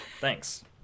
Thanks